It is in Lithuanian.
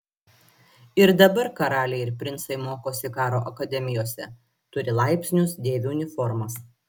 ir dabar karaliai ir princai mokosi karo akademijose turi laipsnius dėvi uniformas